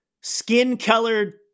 skin-colored